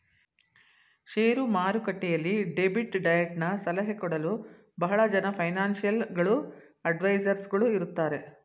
share ಮಾರುಕಟ್ಟೆಯಲ್ಲಿ debit ಡಯಟನ ಸಲಹೆ ಕೊಡಲು ಬಹಳ ಜನ ಫೈನಾನ್ಸಿಯಲ್ ಗಳು ಅಡ್ವೈಸರ್ಸ್ ಗಳು ಇರುತ್ತಾರೆ